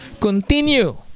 Continue